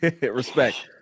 Respect